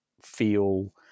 feel